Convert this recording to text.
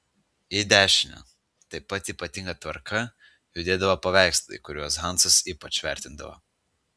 į dešinę taip pat ypatinga tvarka judėdavo paveikslai kuriuos hansas ypač vertindavo